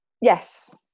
Yes